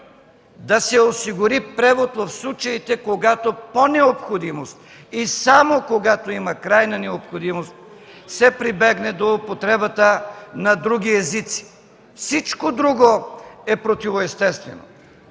да се осигури превод в случаите, когато по необходимост и само когато има крайна необходимост, се прибегне до употребата на други езици. Всичко друго е противоестествено.